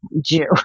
Jew